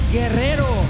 Guerrero